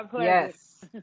yes